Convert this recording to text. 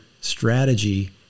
strategy